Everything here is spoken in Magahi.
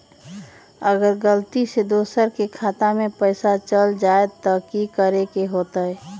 अगर गलती से दोसर के खाता में पैसा चल जताय त की करे के होतय?